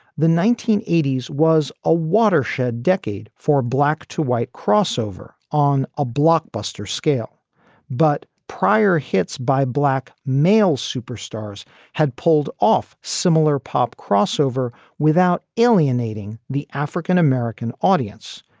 the nineteen eighty s was a watershed decade for black to white crossover on a blockbuster scale but prior hits by black male superstars had pulled off similar pop crossover without alienating the african-american audience.